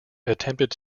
attempted